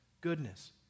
goodness